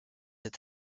est